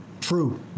True